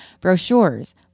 Brochures